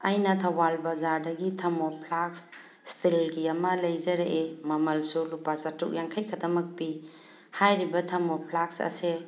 ꯑꯩꯅ ꯊꯧꯕꯥꯜ ꯕꯖꯥꯔꯗꯒꯤ ꯊꯔꯃꯣꯐ꯭ꯂꯥꯛꯁ ꯏꯁꯇꯤꯜꯒꯤ ꯑꯃ ꯂꯩꯖꯔꯛꯑꯦ ꯃꯃꯜꯁꯨ ꯂꯨꯄꯥ ꯆꯇ꯭ꯔꯨꯛ ꯌꯥꯡꯈꯩ ꯈꯇꯃꯛ ꯄꯤ ꯍꯥꯏꯔꯤꯕ ꯊꯔꯃꯣꯐ꯭ꯂꯥꯛꯁ ꯑꯁꯦ